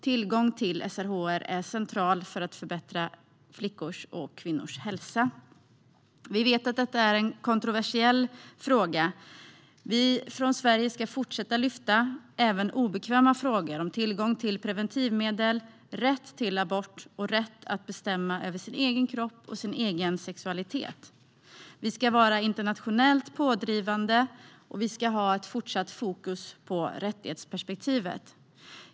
Tillgång till SRHR är central för att förbättra flickors och kvinnors hälsa. Vi vet att detta är en kontroversiell fråga. Vi från Sverige ska fortsätta att lyfta fram även obekväma frågor om tillgång till preventivmedel, rätt till abort och rätt att bestämma över sin egen kropp och sin egen sexualitet. Vi ska vara internationellt pådrivande, och vi ska ha ett fortsatt fokus på rättighetsperspektivet.